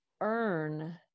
earn